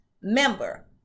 member